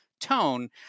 tone